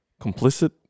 Complicit